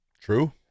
True